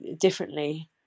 differently